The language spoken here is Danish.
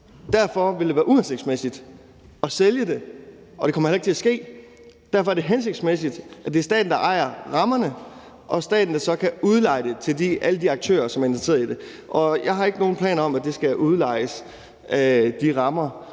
Derfor vil det være uhensigtsmæssigt at sælge det, og det kommer heller ikke til at ske. Derfor er det hensigtsmæssigt, at det er staten, der ejer rammerne, og staten, der så kan udleje det til alle de aktører, som er interesserede i det, og jeg har ikke nogen planer om, at de rammer skal udlejes som en